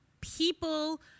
people